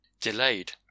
delayed